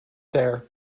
there